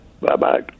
Bye-bye